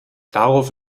darauf